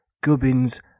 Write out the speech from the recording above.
Gubbins